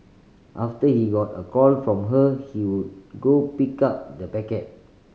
after he got a call from her he would go pick up the packet